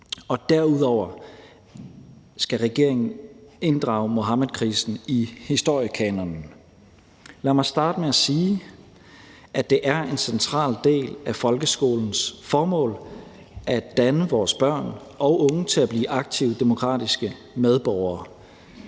Derudover skal regeringen inddrage Muhammedkrisen i historiekanonen. Lad mig starte med at sige, at det er en central del af folkeskolens formål at danne vores børn og unge til at blive aktive demokratiske medborgere,